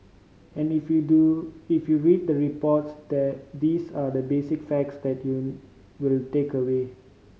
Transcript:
and if you do if you read the reports there these are the basic facts that you'll will take away